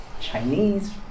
Chinese